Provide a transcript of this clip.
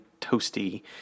toasty